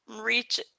reach